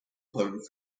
home